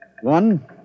One